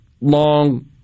long